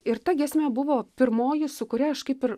ir ta giesmė buvo pirmoji su kuria aš kaip ir